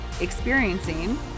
experiencing